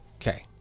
Okay